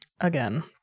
again